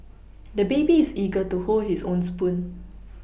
the baby is eager to hold his own spoon